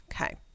Okay